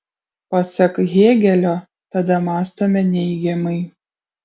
pasak hėgelio tada mąstome neigiamai